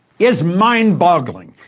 is mind-boggling.